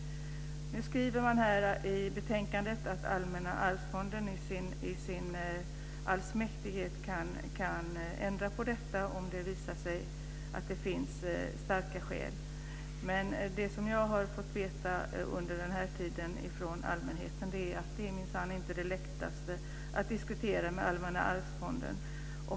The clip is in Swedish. Utskottsmajoriteten skriver i betänkandet att Allmänna arvsfonden i sin allsmäktighet kan ändra på detta om det visar sig att det finns starka skäl. Men det som jag har fått veta från allmänheten under den här tiden är att det minsann inte är det lättaste att diskutera med Allmänna arvsfonden.